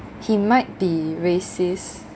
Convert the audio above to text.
he might be racists